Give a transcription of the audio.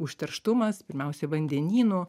užterštumas pirmiausia vandenynų